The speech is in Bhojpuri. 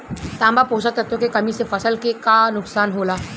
तांबा पोषक तत्व के कमी से फसल के का नुकसान होला?